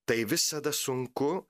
tai visada sunku